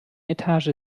etage